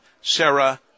Sarah